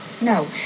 No